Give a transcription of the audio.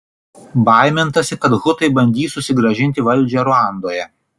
baimintasi kad hutai bandys susigrąžinti valdžią ruandoje